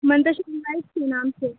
منتشہ mobile کے نام سے